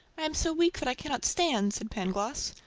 i am so weak that i cannot stand, said pangloss.